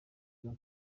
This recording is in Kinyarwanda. jean